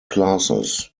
classes